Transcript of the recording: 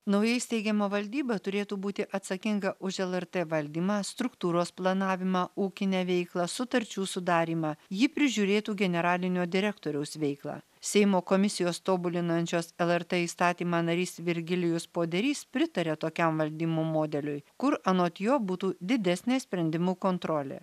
naujai steigiama valdyba turėtų būti atsakinga už lrt valdymą struktūros planavimą ūkinę veiklą sutarčių sudarymą ji prižiūrėtų generalinio direktoriaus veiklą seimo komisijos tobulinančios lrt įstatymą narys virgilijus poderys pritaria tokiam valdymo modeliui kur anot jo būtų didesnė sprendimų kontrolė